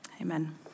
Amen